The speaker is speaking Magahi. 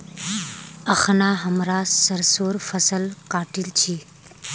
अखना हमरा सरसोंर फसल काटील छि